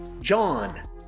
John